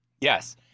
Yes